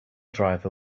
driver